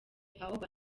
aho